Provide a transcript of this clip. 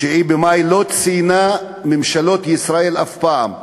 את 9 במאי לא ציינו ממשלות ישראל אף פעם,